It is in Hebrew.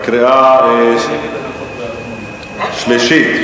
לקריאה שלישית.